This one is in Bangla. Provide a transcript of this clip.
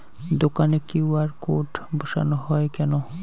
দোকানে কিউ.আর কোড বসানো হয় কেন?